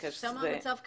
כן, שם המצב קטסטרופלי.